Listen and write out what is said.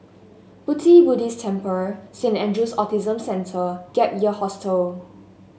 Pu Ti Buddhist Temple Saint Andrew's Autism Centre Gap Year Hostel